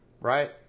right